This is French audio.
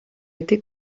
été